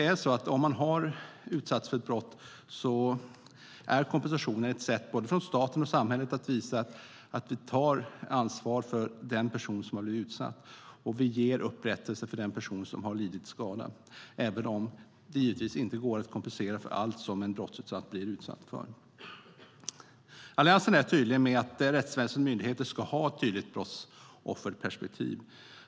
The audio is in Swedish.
Om man har utsatts för ett brott är kompensationen ett sätt för staten och samhället att visa att vi tar ansvar för den person som har blivit utsatt och att vi ger upprättelse till den person som har lidit skada, även om det givetvis inte går att kompensera för allt som en brottsutsatt blir utsatt för. Alliansen är tydlig med att rättsväsen och myndigheter ska ha ett tydligt brottsofferperspektiv.